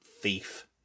thief